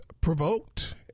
provoked